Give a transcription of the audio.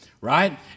right